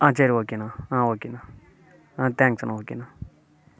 ஆ சரி ஓகேண்ணா ஆ ஓகேண்ணா ஆ தேங்க்ஸுண்ணா ஓகேண்ணா